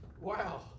Wow